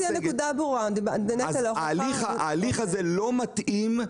אז ההליך הזה לא מתאים,